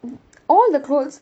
all the clothes